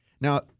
Now